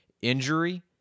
injury